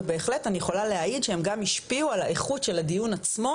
ובהחלט אני יכולה להעיד שהם גם השפיעו על איכות הדיון עצמו,